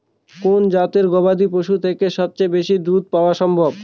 কোন জাতের গবাদী পশু থেকে সবচেয়ে বেশি দুধ পাওয়া সম্ভব?